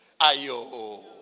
Ayo